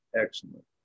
excellent